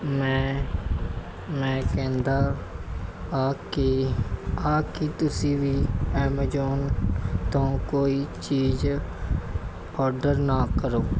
ਮੈਂ ਮੈਂ ਕਹਿੰਦਾ ਹਾਂ ਕਿ ਆਹ ਕਿ ਤੁਸੀਂ ਵੀ ਐਮਾਜੋਨ ਤੋਂ ਕੋਈ ਚੀਜ਼ ਆਰਡਰ ਨਾ ਕਰੋ